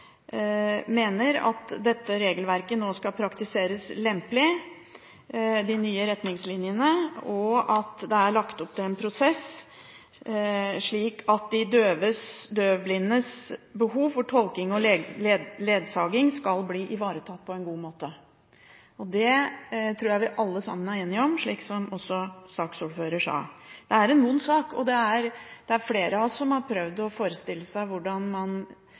mener at de nye retningslinjene skal praktiseres «lempelig», og at det er lagt opp til en prosess, slik at de døvblindes behov for tolke- og ledsagerhjelp skal bli ivaretatt på en god måte. Det tror jeg alle sammen er enige om, slik som også saksordføreren sa. Det er en vond sak. Det er flere av oss som har prøvd å forestille seg hvordan man